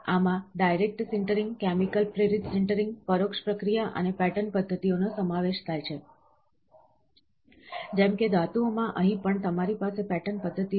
આમાં direct sintering chemical પ્રેરિત sintering પરોક્ષ પ્રક્રિયા અને પેટર્ન પદ્ધતિઓનો સમાવેશ થાય છે જેમ કે ધાતુઓમાં અહીં પણ તમારી પાસે પેટર્ન પદ્ધતિઓ હશે